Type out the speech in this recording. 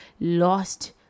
lost